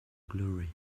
glory